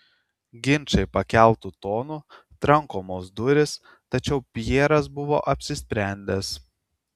ginčai pakeltu tonu trankomos durys tačiau pjeras buvo apsisprendęs